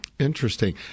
Interesting